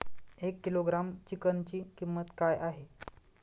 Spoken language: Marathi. एक किलोग्रॅम चिकनची किंमत काय आहे?